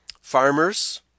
Farmers